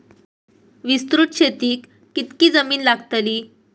विस्तृत शेतीक कितकी जमीन लागतली?